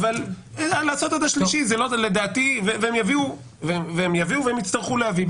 אבל לעשות עד ה-3 זה לא והם יביאו והם יצטרכו להביא,